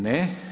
Ne.